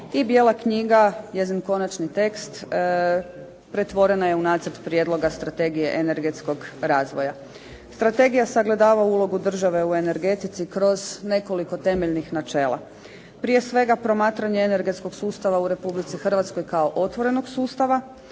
i Bijela knjiga njezin konačni tekst pretvorena je u Nacrt prijedloga strategije energetskog razvoja. Strategija sagledava ulogu države u energetici kroz nekoliko temeljnih načela. Prije svega promatranje energetskog sustava u Republici Hrvatskoj kao otvorenog sustava,